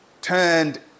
turned